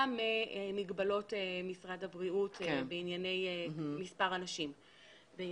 ממגבלות משרד הבריאות בענייני התקהלות.